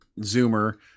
zoomer